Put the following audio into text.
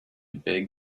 beg